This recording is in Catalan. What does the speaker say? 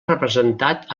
representat